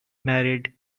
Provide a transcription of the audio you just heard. married